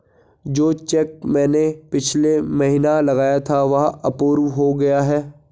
जो चैक मैंने पिछले महीना लगाया था वह अप्रूव हो गया है